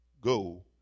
Go